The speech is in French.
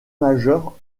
majeure